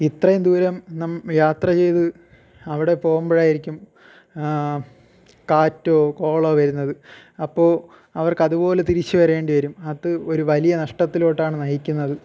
ഇത്രയും ദൂരം യാത്ര ചെയ്ത് അവിടെ പോകുമ്പോഴായിരിക്കും കാറ്റോ കോളോ വരുന്നത് അപ്പോൾ അവർക്കതുപോലെ തിരിച്ച് വരേണ്ടി വരും അത് ഒരു വലിയ നഷ്ടത്തിലോട്ടാണ് നയിക്കുന്നത്